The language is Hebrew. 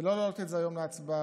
ולא להעלות את זה היום להצבעה,